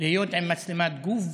להיות עם מצלמת גוף,